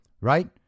Right